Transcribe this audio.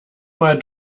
mal